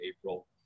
April